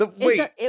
Wait